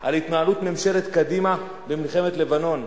על התנהלות ממשלת קדימה במלחמת לבנון,